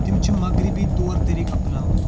تِم چھِ مغرِبی طور تریٖقہٕ اَپناوان